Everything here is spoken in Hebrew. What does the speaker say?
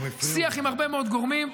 שיח עם הרבה מאוד גורמים.